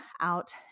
out